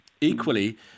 equally